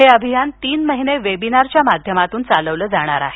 हे अभियान तीन महिने वेबिनारच्या माध्यमातून चालविलं जाणार आहे